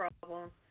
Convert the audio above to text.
problem